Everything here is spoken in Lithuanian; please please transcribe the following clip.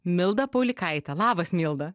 mildą paulikaitę labas milda